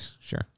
Sure